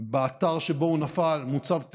באתר שבו הוא נפל, מוצב טרמית,